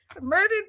Murdered